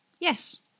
Yes